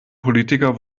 politiker